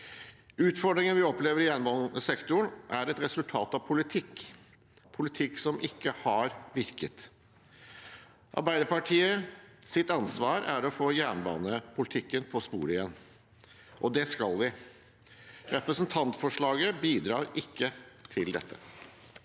Utfordringene vi opplever i jernbanesektoren, er et resultat av politikk – politikk som ikke har virket. Arbeiderpartiets ansvar er å få jernbanepolitikken på sporet igjen, og det skal vi få til. Representantforslaget bidrar ikke til dette.